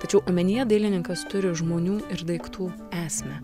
tačiau omenyje dailininkas turi žmonių ir daiktų esmę